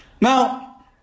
Now